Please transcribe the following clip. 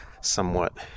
somewhat